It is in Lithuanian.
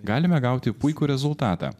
galime gauti puikų rezultatą